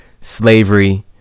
slavery